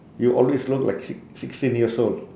you always look like six~ sixteen years old